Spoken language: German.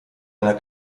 einer